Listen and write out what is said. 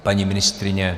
Paní ministryně?